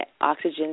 oxygen